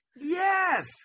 yes